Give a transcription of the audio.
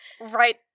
right